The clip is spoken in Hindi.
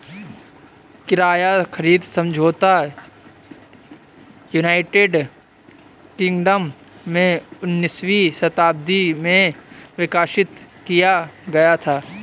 किराया खरीद समझौता यूनाइटेड किंगडम में उन्नीसवीं शताब्दी में विकसित किया गया था